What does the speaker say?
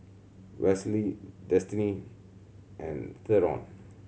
Wesley Destiny and Theron